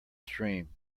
stream